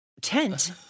tent